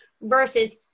Versus